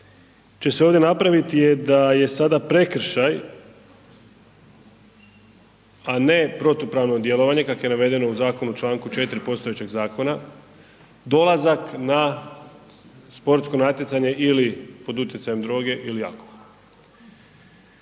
će se ovdje napraviti je da je sada prekršaj, a ne protupravno djelovanje kako je navedeno u zakonu u čl. 4. postojećeg zakona, dolazak na sportsko natjecanje ili pod utjecajem droge ili alkohola,